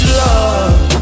love